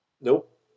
Nope